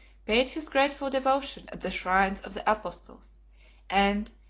paid his grateful devotion at the shrines of the apostles and,